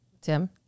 Tim